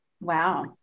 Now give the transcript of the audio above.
Wow